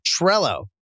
Trello